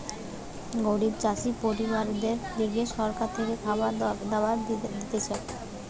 গরিব চাষি পরিবারদের লিগে সরকার থেকে খাবার দাবার দিতেছে